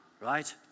right